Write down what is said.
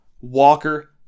Walker